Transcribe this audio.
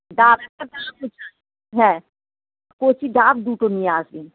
ডাবটা হ্যাঁ কচি ডাব দুটো নিয়ে আসবেন